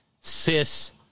cis